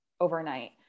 overnight